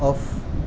off